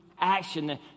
action